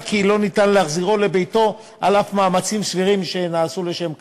כי לא ניתן להחזירו לביתו על אף מאמצים סבירים שנעשים לשם כך.